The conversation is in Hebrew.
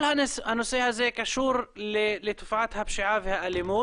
כל הנושא הזה קשור לתופעת הפשיעה והאלימות.